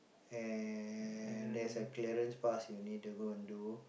and there's a clearance pass you need to go and do